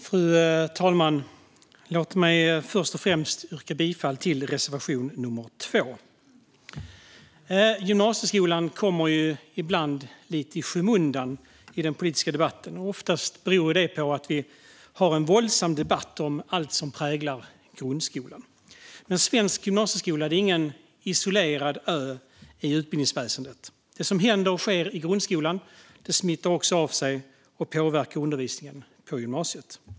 Fru talman! Låt mig först och främst yrka bifall till reservation nummer 2. Gymnasieskolan kommer ibland lite i skymundan i den politiska debatten. Det beror oftast på att vi har en våldsam debatt om allt som präglar grundskolan. Men svensk gymnasieskola är ingen isolerad ö i utbildningsväsendet. Det som händer i grundskolan smittar av sig och påverkar undervisningen på gymnasiet.